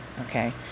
Okay